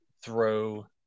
throw